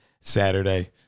Saturday